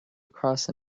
across